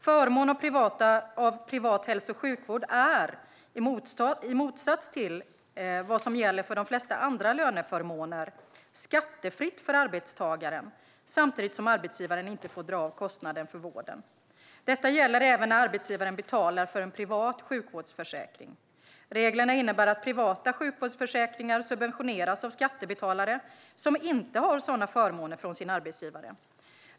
Förmån av privat hälso och sjukvård är, i motsats till vad som gäller för de flesta andra löneförmåner, skattefritt för arbetstagaren samtidigt som arbetsgivaren inte får dra av kostnaden för vården. Detta gäller även när arbetsgivaren betalar för en privat sjukvårdsförsäkring. Reglerna innebär att privata sjukvårdsförsäkringar subventioneras av skattebetalare som inte har sådana förmåner från sin arbetsgivare.